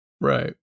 right